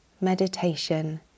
meditation